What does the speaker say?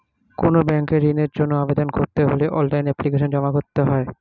কোনো ব্যাংকে ঋণের জন্য আবেদন করতে হলে অনলাইনে এপ্লিকেশন জমা করতে হয়